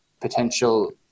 potential